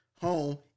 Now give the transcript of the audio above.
home